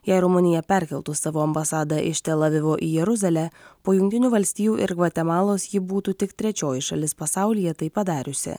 jei rumunija perkeltų savo ambasadą iš tel avivo į jeruzalę po jungtinių valstijų ir gvatemalos ji būtų tik trečioji šalis pasaulyje tai padariusi